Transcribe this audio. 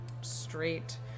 straight